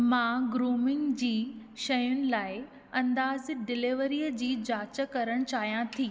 मां ग्रूमिंग जी शयुनि लाइ अंदाज़ डिलीवरीअ जी जांच करण चाहियां थी